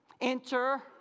Enter